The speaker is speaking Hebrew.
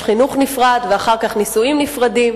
חינוך נפרד ואחר כך נישואים נפרדים.